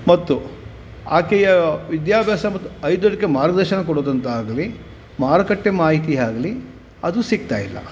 ಮತ್ತು ಆಕೆಯ ವಿದ್ಯಾಭ್ಯಾಸ ಮತ್ತು ಔದ್ಯೋಗಿಕ ಮಾರ್ಗದರ್ಶನ ಕೊಡೋದಂತಾಗ್ಲಿ ಮಾರುಕಟ್ಟೆ ಮಾಹಿತಿ ಆಗಲಿ ಅದು ಸಿಗ್ತಾ ಇಲ್ಲ